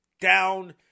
down